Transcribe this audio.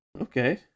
okay